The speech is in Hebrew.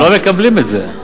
אבל הם לא מקבלים את זה.